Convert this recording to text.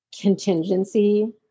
contingency